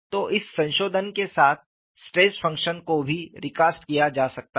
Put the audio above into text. तो इस संशोधन के साथ स्ट्रेस फंक्शन को भी रीकास्ट किया जा सकता है